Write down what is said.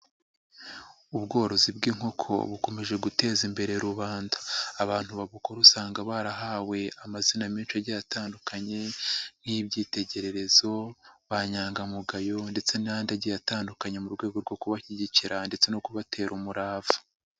Ubworozi bw'inkoko bukomeje guteza imbere rubanda. Abantu bakuru usanga barahawe amazina menshi agiye atandukanye nk'ibyitegererezo, bayangamugayo ndetse n'andi agiye atandukanye mu rwego rwo kubashyigikira ndetse no kubatera umurava.